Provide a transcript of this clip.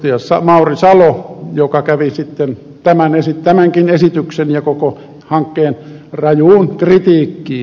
mauri salo joka kävi sitten tämänkin esityksen ja koko hankkeen rajuun kritiikkiin